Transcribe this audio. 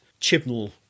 Chibnall